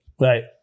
Right